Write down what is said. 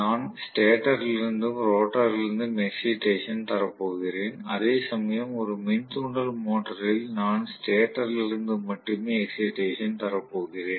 நான் ஸ்டேட்டரிலிருந்தும் ரோட்டரிலிருந்தும் எக்ஸைடேசன் தரப் போகிறேன் அதேசமயம் ஒரு மின் தூண்டல் மோட்டரில் நான் ஸ்டேட்டரிலிருந்து மட்டுமே எக்ஸைடேசன் தரப்போகிறேன்